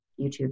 YouTube